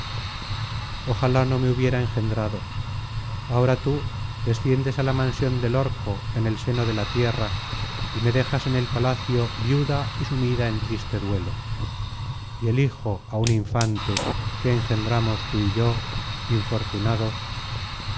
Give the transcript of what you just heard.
ojalá no me hubiera engendrado ahora tú desciendes á la mansión del orco en el seno de la tierra y me dejas en el palacio viuda y sumida en triste duelo y el hijo aún infante que engendramos tií y yo infortunados